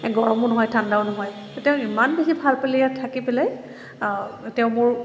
গৰমো নহয় ঠাণ্ডাও নহয় তেওঁ ইমান বেছি ভাল পালে ইয়াত থাকি পেলাই তেওঁ মোৰ